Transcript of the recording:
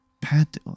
Pat